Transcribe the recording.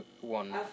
one